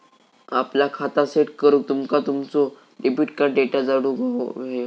आपला खाता सेट करूक तुमका तुमचो डेबिट कार्ड डेटा जोडुक व्हयो